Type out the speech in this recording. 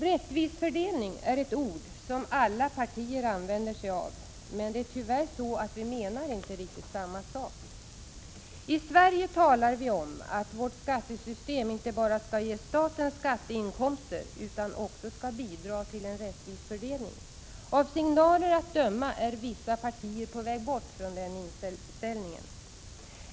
Rättvis fördelning är ett uttryck som alla partier använder sig av, men det är tyvärr så att vi inte menar riktigt samma sak. I Sverige talar vi om att vårt skattesystem inte bara skall ge staten skatteinkomster utan också skall bidra till en rättvis fördelning. Av signaler att döma är vissa partier på väg bort från den inställningen.